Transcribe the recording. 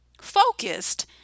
focused